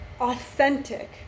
authentic